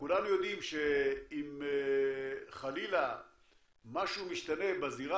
וכולנו יודעים שאם חלילה משהו משתנה בזירה